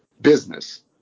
business